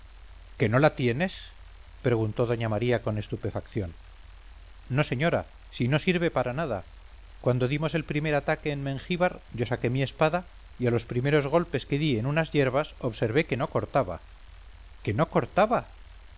que no la tienes preguntó doña maría con estupefacción no señora si no sirve para nada cuando dimos el primer ataque en mengíbar yo saqué mi espada y a los primeros golpes que di en unas yerbas observé que no cortaba que no cortaba